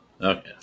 Okay